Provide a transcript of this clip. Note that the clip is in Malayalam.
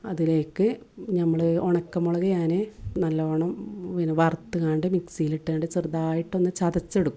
അതിലേക്ക് ഞമ്മൾ ഉണക്കമുളക് ഞാൻ നല്ലവണ്ണം ഇങ്ങനെ വറുത്തു കൊണ്ട് മിക്സിയിലിട്ടു കൊണ്ട് ചെറുതായിട്ടൊന്നു ചതച്ചെടുക്കും